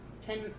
Ten